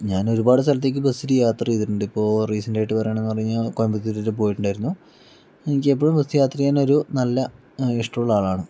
ഞാൻ ഒരുപാട് സ്ഥലത്തേക്ക് ബസിൽ യാത്ര ചെയ്തിട്ടുണ്ട് ഇപ്പോൾ റീസെൻറ്റ് ആയിട്ട് പറയുകയാണെന്ന് പറഞ്ഞാൽ കോയമ്പത്തൂർ വരെ പോയിട്ടുണ്ടായിരുന്നു എനിക്ക് എപ്പോഴും ബസ് യാത്ര ചെയ്യാൻ ഒരു നല്ല ഇഷ്ടമുള്ള ആളാണ്